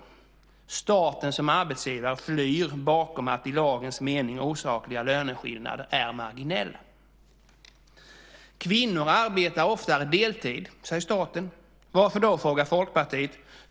Staten som arbetsgivare flyr bakom att i lagens mening osakliga löneskillnader är marginella. Kvinnor arbetar oftare deltid, säger staten. Varför då? frågar Folkpartiet.